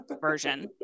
version